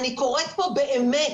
אני קוראת פה באמת,